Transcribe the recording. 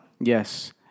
Yes